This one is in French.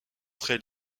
très